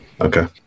Okay